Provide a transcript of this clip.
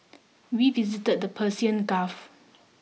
we visited the Persian Gulf